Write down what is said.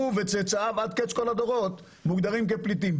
הוא וצאצאיו עד קץ כל הדורות מוגדרים כפליטים.